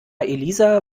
elisa